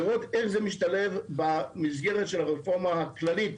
לראות איך זה משתלב ברפורמה של המסגרת הכללית